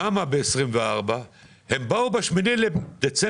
למה הם מדברים על 2024 אם ב-8 בדצמבר